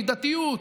מידתיות.